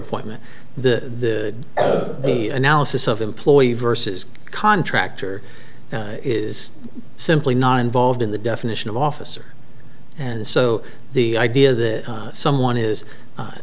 appointment the analysis of employee versus contractor is simply not involved in the definition of officer and so the idea that someone is